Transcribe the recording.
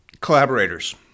collaborators